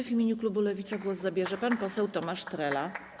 W imieniu klubu Lewica głos zabierze pan poseł Tomasz Trela.